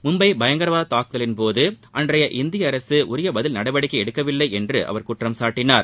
மும்பை பயங்கரவாத தாக்குதலின்போது அன்றைய இந்திய அரசு உரிய பதில் நடவடிக்கை எடுக்கவில்லை என்று அவர் குற்றம் சாட்டினார்